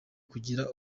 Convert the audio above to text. kugira